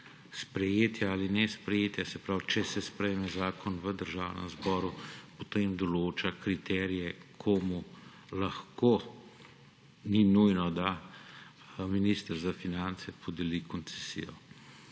sprejetja ali nesprejetja, se pravi, če se sprejme zakon v Državnem zboru, določa kriterije, komu lahko, ni nujno da, minister za finance podeli koncesijo.